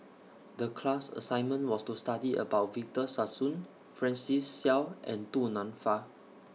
The class assignment was to study about Victor Sassoon Francis Seow and Du Nanfa